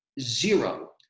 Zero